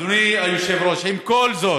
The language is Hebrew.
אדוני היושב-ראש, עם כל זאת,